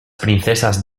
princesas